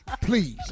Please